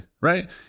right